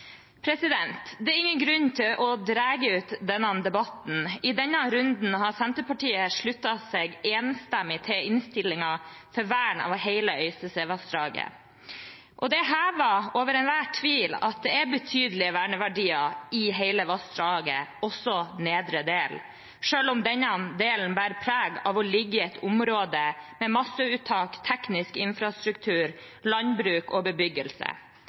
Det er ingen grunn til å dra ut denne debatten. I denne runden har Senterpartiet sluttet seg enstemmig til innstillingen om vern av hele Øystesevassdraget. Det er hevet over enhver tvil at det er betydelige verneverdier i hele vassdraget, også i nedre del, selv om denne delen bærer preg av å ligge i et område med masseuttak, teknisk infrastruktur, landbruk og bebyggelse.